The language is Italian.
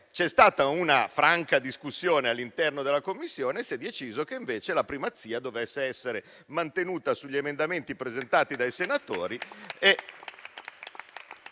c'è stata una franca discussione all'interno della Commissione e si è deciso che invece la primazia dovesse essere mantenuta sugli emendamenti presentati dai senatori.